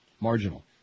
Marginal